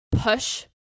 push